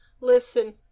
Listen